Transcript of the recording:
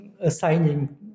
assigning